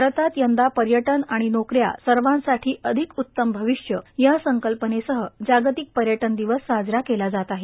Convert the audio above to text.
भारतात यंदा पर्यटन आणि नोकऱ्या सर्वांसाठी अधिक उत्तम भविष्य या संकल्पनेसह जागतिक पर्यटन दिवस साजरा केला जात आहे